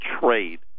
trade